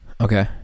Okay